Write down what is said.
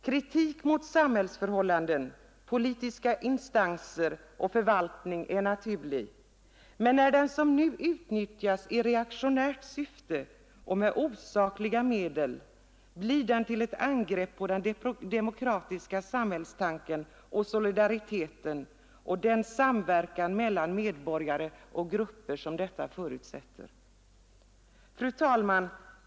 Kritik mot samhällsförhållanden, politiska instanser och förvaltning är naturlig. Men när den som nu utnyttjas i reaktionärt syfte och med osakliga medel, blir den till ett angrepp mot den demokratiska samhällstanken och solidariteten och den samverkan mellan medborgare och grupper som är en förutsättning härför. Fru talman!